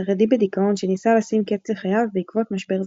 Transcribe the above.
חרדי בדיכאון שניסה לשים קץ לחייו בעקבות משבר זוגי.